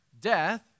death